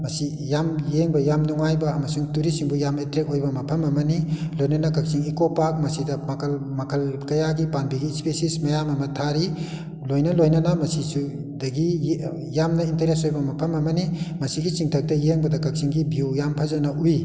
ꯑꯁꯤ ꯌꯥꯝ ꯌꯦꯡꯕ ꯌꯥꯝ ꯅꯨꯡꯉꯥꯏꯕ ꯑꯃꯁꯨꯡ ꯇꯨꯔꯤꯁꯁꯤꯡꯗ ꯌꯥꯝ ꯑꯦꯇ꯭ꯔꯦꯛ ꯑꯣꯏꯕ ꯃꯐꯝ ꯑꯃꯅꯤ ꯂꯣꯏꯅꯅ ꯀꯛꯆꯤꯡ ꯏꯀꯣ ꯄꯥꯛ ꯃꯁꯤꯗ ꯃꯈꯜ ꯃꯈꯜ ꯀꯌꯥꯒꯤ ꯄꯥꯝꯕꯤ ꯏꯁꯄꯦꯁꯤꯁ ꯃꯌꯥꯝ ꯑꯃ ꯊꯥꯔꯤ ꯂꯣꯏꯅ ꯂꯣꯏꯅꯅ ꯃꯁꯤꯁꯨ ꯗꯒꯤ ꯌꯥꯝꯅ ꯏꯟꯇꯔꯦꯁ ꯑꯣꯏꯕ ꯃꯐꯝ ꯑꯃꯅꯤ ꯃꯁꯤꯒꯤ ꯆꯤꯡꯊꯛꯇ ꯌꯦꯡꯕꯗ ꯀꯛꯆꯤꯡꯒꯤ ꯕꯤꯌꯨ ꯌꯥꯝ ꯐꯖꯅ ꯎꯏ